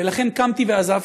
ולכן קמתי ועזבתי.